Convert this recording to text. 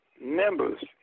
members